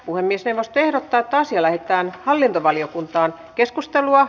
puhemiesneuvosto ehdottaa että asia lähetetään hallintovaliokuntaan